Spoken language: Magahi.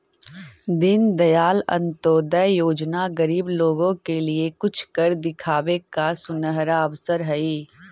दीनदयाल अंत्योदय योजना गरीब लोगों के लिए कुछ कर दिखावे का सुनहरा अवसर हई